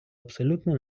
абсолютно